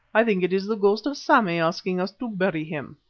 i think it is the ghost of sammy asking us to bury him.